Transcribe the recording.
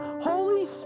Holy